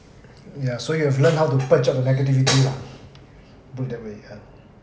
yeah so you have learnt how to purge out the negativity lah put it that way yeah